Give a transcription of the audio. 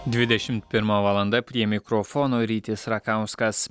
dvidešim pirma valanda prie mikrofono rytis rakauskas